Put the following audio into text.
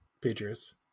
Patriots